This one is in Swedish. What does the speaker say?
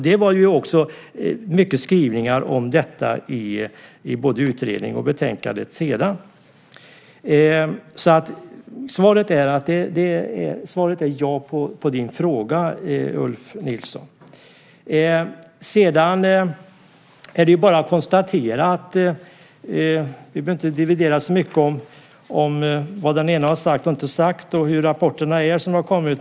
Det var mycket skrivningar om detta i både utredningen och betänkandet senare. Svaret är alltså ja på din fråga, Ulf Nilsson. Vi behöver inte dividera så mycket om vad den ene sagt och inte sagt och om hur de rapporter är som har kommit.